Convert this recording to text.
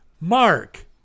Mark